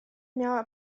miała